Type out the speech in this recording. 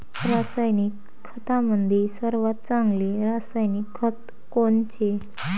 रासायनिक खतामंदी सर्वात चांगले रासायनिक खत कोनचे?